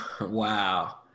Wow